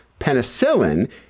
penicillin